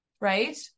Right